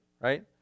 right